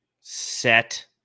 set